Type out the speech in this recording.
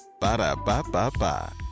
Ba-da-ba-ba-ba